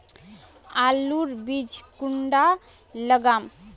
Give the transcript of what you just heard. आलूर बीज कुंडा लगाम?